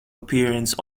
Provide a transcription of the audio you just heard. appearance